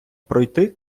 пройти